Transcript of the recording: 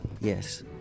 Yes